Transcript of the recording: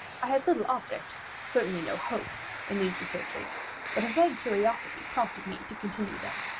i had little object certainly no hope in these researches but a vague curiosity prompted me to continue them.